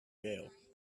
gale